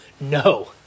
No